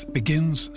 begins